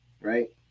right